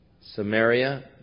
Samaria